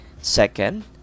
Second